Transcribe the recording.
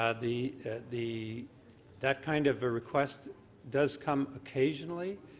ah the the that kind of a request does come occasionally.